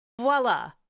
Voila